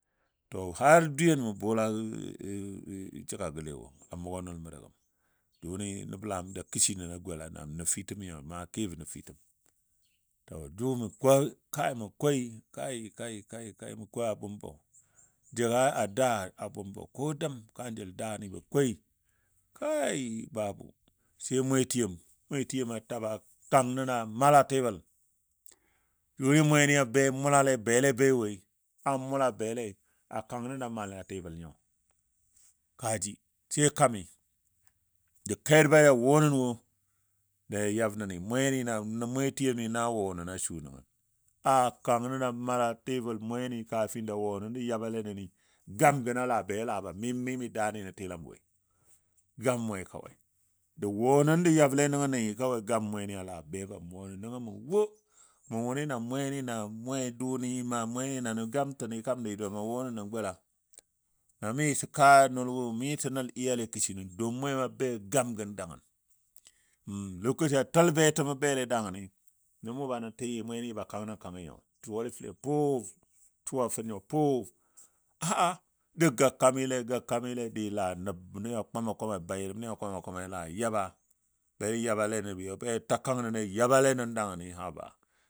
To har dwiyen məu bʊʊla jəgagɔle wo mugɔ nəl məndi gəm jʊni nəblan ja kəshi nən a golai naa nəfitəm amma kebɔ nəfitəm. To jʊ mə ko kai mə koi kai kai kai kai mə koi a bʊmbɔ, jəga a daa a bʊmbo ko dəm kanjəl daa ni bə koi kai babu sai mwe tiyəm a ba kang nən a mal a tibəl jʊni mweni a be a mula bele bei woi, a mʊla bele a kang nən a mal a tibəl nyo, ka ji sai kami da ker ba ja won nən wo da yab nən mweni naa mwe tiyoni na wɔnən a sunən a kang nən a mal a tibəl mweni kafin da wɔnən ja yabale nəni gamtino laa be laa ba mimmimi daani nən tɨlam woi gam mwe kawai ja wonən jə yable nəngə kawai gam mweni laa be ba mʊr nəngɔ mə wo. Mə wʊni na mweni na mwe dʊʊni ma mweni na nən gam təmi kam naa wɔnən naan gola. Na miso kaa nəl wo iyale kəsi nən don mwema bei gamgən dagən. lokaci a təl betəmɔ bele degəni nən mʊba nən tɨ mweni ba kang nən kangi suwale fəlen buuf suwa fou nyo buuf a'a da ga kamile ga kamile, dɨɨ laa nəbni a kwama kwamai bayiləmni a kwama kwamai laa yaba be yabale nəba be ta kang nəni dagən abba.